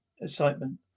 excitement